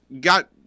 got